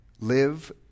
live